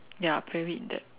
ya very in depth